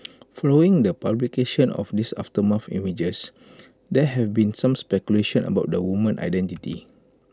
following the publication of these aftermath images there have been some speculation about the woman's identity